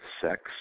sex